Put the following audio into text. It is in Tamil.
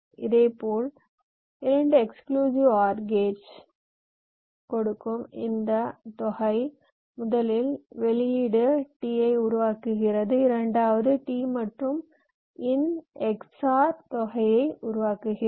இதேபோல் இந்தத் தொகை 2 exclusive OR வாயில்கள் கொடுக்கும் முதலில் வெளியீடு t ஐ உருவாக்குகிறது இரண்டாவதாக t மற்றும் c இன் XOR தொகையை உருவாக்குகிறது